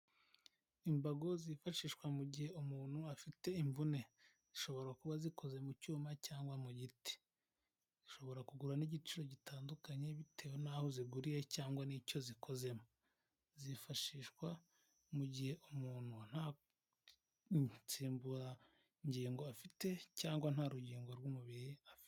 Imbago zifashishwa mu gihe umuntu afite imvune, zishobora kuba zikoze mu cyuma cyangwa mu giti, zishobora kugura ibiciro bitandukanye bitewe n'aho zihuriye cyangwa n'icyo zikozwemo. Zifashishwa mu gihe umuntu nta nsimburangingo afite cyangwa nta rugingo rw'umubiri afite.